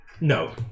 No